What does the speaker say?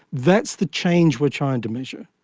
that's the change we are trying to measure.